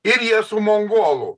ir jie su mongolų